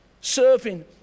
serving